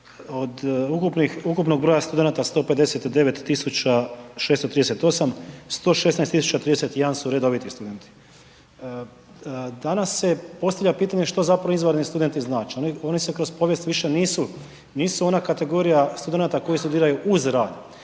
od ukupnog broja studenata, 159 638, 116 031 su redoviti studenti. Danas se postavlja pitanje što zapravo izvanredni studenti znače, oni se kroz povijest više nisu ona kategorija studenata koji studiraju uz rad.